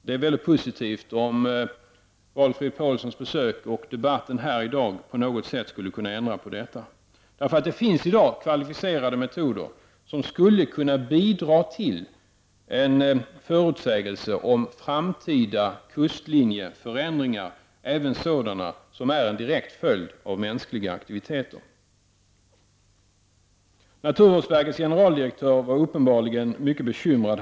Det är positivt om Valfrid Paulssons besök och debatten här i dag på något sätt skulle kunna ändra på detta. Det finns i dag kvalificerade metoder som skulle kunna bidra till en förutsägelse om framtida kustlinjeförändringar, även sådana som är en direkt följd av mänskliga aktiviteter. Naturvårdsverkets generaldirektör var häromdagen uppenbarligen mycket bekymrad.